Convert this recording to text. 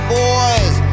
boys